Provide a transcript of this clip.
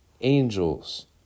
angels